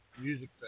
Music